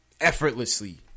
effortlessly